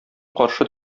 каршы